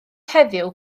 heddiw